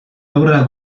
obra